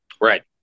right